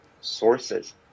sources